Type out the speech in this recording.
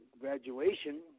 graduation